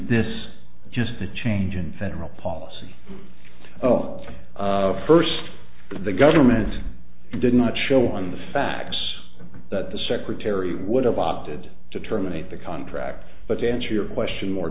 this just a change in federal policy first the government did not show on the facts that the secretary would have opted to terminate the contract but to answer your question more